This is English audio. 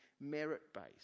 merit-based